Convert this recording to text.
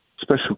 special